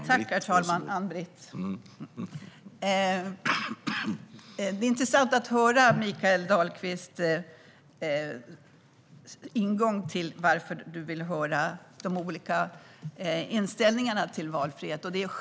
Herr talman! Det är intressant att höra Mikael Dahlqvists ingång till varför han vill höra de olika inställningarna till valfrihet.